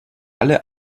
alle